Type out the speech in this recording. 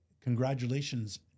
congratulations